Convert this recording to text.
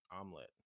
omelet